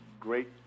great